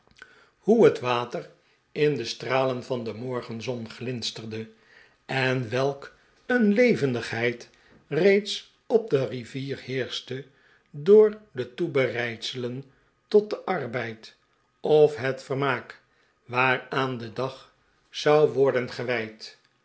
hoe het water in de stralen van de morgenzon glinsterde en welk een levendigheid reeds op de rivier heerschte door de toebereidselen tot den arbeid of het vermaak waaraan de dag zou worden gewijd